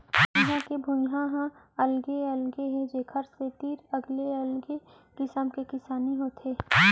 इहां के भुइंया ह अलगे अलगे हे जेखर सेती अलगे अलगे किसम के किसानी होथे